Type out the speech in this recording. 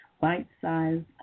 bite-sized